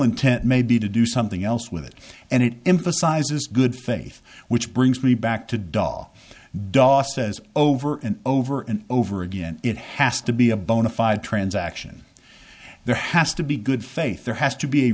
intent may be to do something else with it and it emphasizes good faith which brings me back to da da says over and over and over again it has to be a bona fide transaction there has to be good faith there has to be a